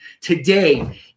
Today